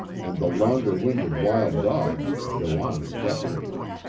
and the longer-winded wild dogs could go on indefinitely.